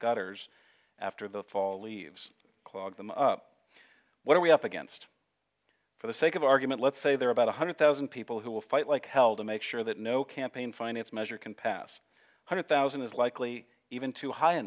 gutters after the fall leaves clogged what are we up against for the sake of argument let's say there are about one hundred thousand people who will fight like hell to make sure that no campaign finance measure can pass hundred thousand is likely even too high a